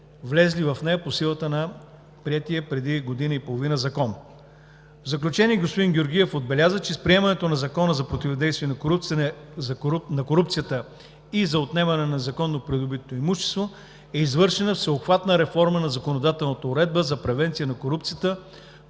влезли в нея по силата на приетия преди година и половина закон. В заключение господин Георгиев отбеляза, че с приемането на Закона за противодействие на корупцията и за отнемане на незаконно придобитото имущество е извършена всеобхватна реформа на законодателната уредба за превенция на корупцията,